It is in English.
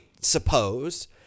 suppose